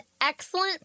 excellent